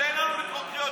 לא במקרה,